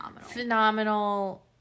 Phenomenal